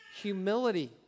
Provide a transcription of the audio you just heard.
humility